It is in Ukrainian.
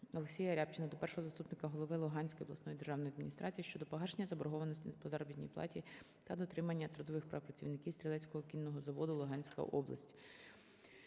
ОлексіяРябчина до Першого заступника голови Луганської обласної державної адміністрації щодо погашення заборгованості по заробітній платі та дотримання трудових прав працівників "Стрілецького кінного заводу" (Луганська область).